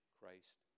Christ